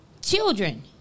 children